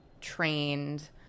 trained